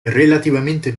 relativamente